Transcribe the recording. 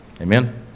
Amen